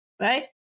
right